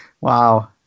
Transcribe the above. Wow